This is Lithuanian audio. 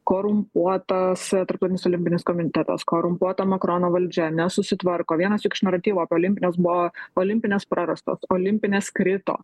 korumpuotas tarptautinis olimpinis komitetas korumpuota makrono valdžia nesusitvarko vienas iš naratyvų apie olimpines buvo olimpinės prarastos olimpinės krito